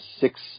six